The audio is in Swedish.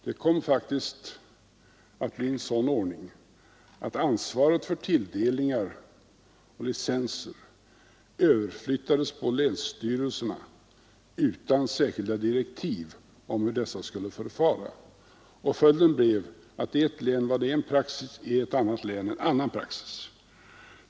Det kom faktiskt att bli en sådan ordning att ansvaret för tilldelningar och licenser överflyttades på länsstyrelserna utan särskilda direktiv hur dessa skulle förfara. Följden blev att i ett län blev det en praxis, i ett annat län en annan.